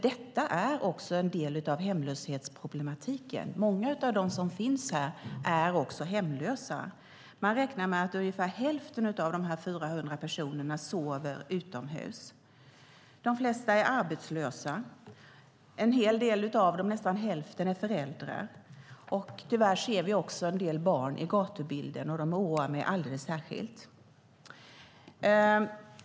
Detta är nämligen en del av hemlöshetsproblematiken. Många av dem som finns här är också hemlösa. Man räknar med att ungefär hälften av dessa 400 personer sover utomhus. De flesta är arbetslösa. En hel del av dem - nästan hälften - är föräldrar. Tyvärr ser vi också en del barn i gatubilden, och de oroar mig alldeles särskilt.